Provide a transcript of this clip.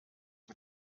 mit